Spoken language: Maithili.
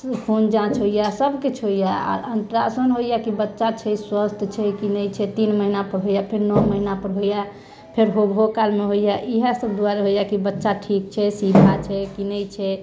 खू खून जाँच होइया सभकिछु होइया आर अल्टारासाउण्ड होइया कि बच्चा छै स्वस्थ छै कि नहि छै तीन महीना पर होइया फेर नओ महीना पर होइया फेर होबहो काल मे होइया इएह सभ दुआरे होइया कि बच्चा ठीक छै सीधा छै कि नहि छै